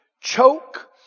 choke